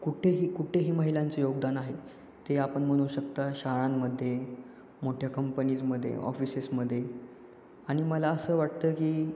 कुठेही कुठेही महिलांचं योगदान आहे ते आपण म्हणू शकता शाळांमध्ये मोठ्या कंपनीजमध्ये ऑफिसेसमध्ये आणि मला असं वाटतं की